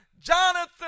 Jonathan